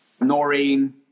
Noreen